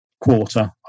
quarter